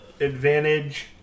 advantage